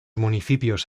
municipios